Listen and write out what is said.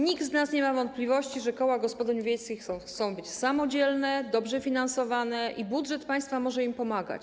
Nikt z nas nie ma wątpliwości, że koła gospodyń wiejskich chcą być samodzielne, dobrze finansowane i budżet państwa może im pomagać.